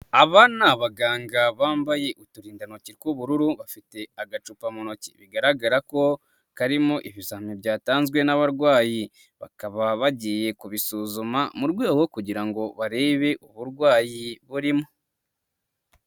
Aba ni abaganga bambaye uturindantoki tw'ubururu, bafite agacupa mu ntoki bigaragara ko karimo ibizami byatanzwe n'abarwayi, bakaba bagiye kubisuzuma mu rwego kugira ngo barebe uburwayi burimo.